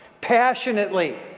passionately